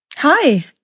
Hi